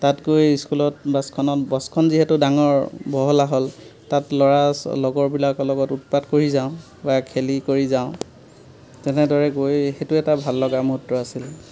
তাতকৈ স্কুলত বাছখনত বাছখন যিহেতু ডাঙৰ বহল আহল তাত ল'ৰা লগৰবিলাকৰ লগত উৎপাত কৰি যাওঁ বা খেলি কৰি যাওঁ তেনেদৰে গৈ সেইটো এটা ভাললগা মূহূৰ্ত আছিল